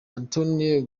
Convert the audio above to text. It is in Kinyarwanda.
antonio